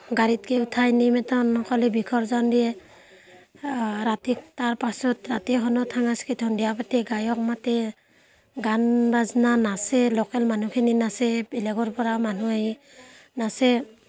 গাড়ীত কি উঠাই নিমেতান অকলে বিসৰ্জন দিয়ে ৰাতিত তাৰপাছত ৰাতিখনত সাংস্কৃতিক সন্ধিয়া পাতে গায়ক মাতে গান বাজনা নাচে ল'কেল মানুহখিনি নাচে বেলেগৰ পৰা মানুহ আহি নাচে